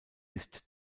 ist